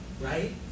right